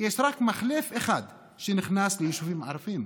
יש רק מחלף אחד שנכנס ליישובים ערביים,